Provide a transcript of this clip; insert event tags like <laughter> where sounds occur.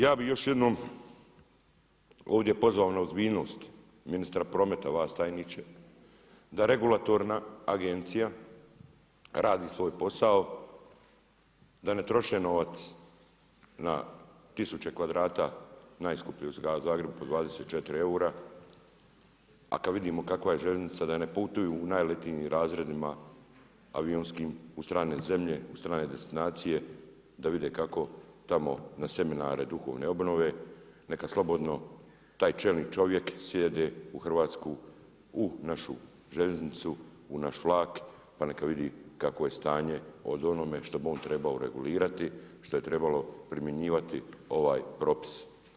Ja bih još jednom ovdje pozvao na ozbiljnost ministra prometa, i vas tajniče da regulatorna agenicija radi svoj posao, da ne troše novac na 1000 kvadrata, najskuplje u gradu Zagrebu, po 24 eura, a kad vidimo kakva je željeznica, da putuju u najelitnijim razredima avionskim u strane zemlje u strane destinacije, da vide kako tamo na seminare duhovne obnove, neka slobodno taj čelni čovjek… <unintelligible> u Hrvatsku, u našu željeznicu, u naš vlak, pa neka vidi kakvo je stanje od onome što bi on trebao regulirati, što je trebalo primjenjivati ovaj propis.